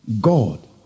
God